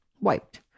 wiped